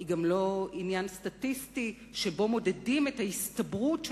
היא גם לא עניין סטטיסטי שבו מודדים את ההסתברות של